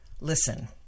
Listen